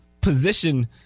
position